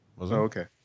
okay